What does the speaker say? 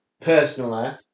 personally